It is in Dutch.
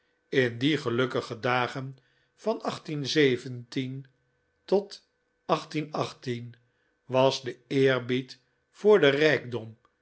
in die gelukkige dagen van tot was de eerbied voor den rijkdom